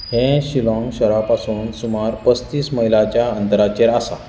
हें शिलॉग शारापसून सुमार पस्तीस मैलांच्या अंतराचेर आसा